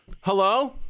Hello